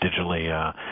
digitally